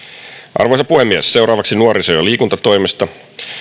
arvoisa puhemies seuraavaksi nuoriso ja liikuntatoimesta